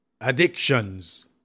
addictions